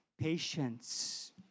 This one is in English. patience